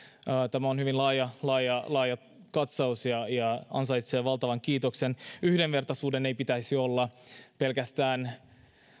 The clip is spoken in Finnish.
tämä on hyvin laaja katsaus ja ja ansaitsee valtavan kiitoksen yhdenvertaisuuden ei pitäisi olla pelkästään